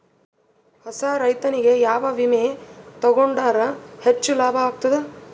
ಹೊಸಾ ರೈತನಿಗೆ ಯಾವ ವಿಮಾ ತೊಗೊಂಡರ ಹೆಚ್ಚು ಲಾಭ ಆಗತದ?